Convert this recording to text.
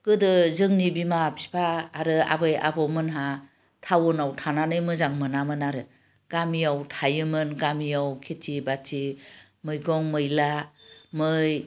गोदो जोंनि बिमा बिफा आरो आबै आबौमोनहा टाउनाव थानानै मोजां मोनामोन आरो गामियाव थायोमोन गामियाव खेति बाति मैगं मैला मै